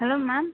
hello ma'am